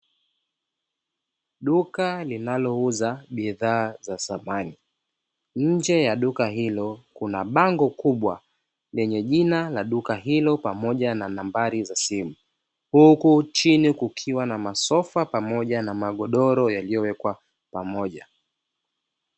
Duka linalouza bidhaa za samani, nje ya duka hilo kuna bango kubwa yenye jina la duka hilo pamoja na nambari za simu huku chini kukiwa na masofa pamoja na magodoro yaliyowekwa pamoja.